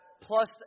plus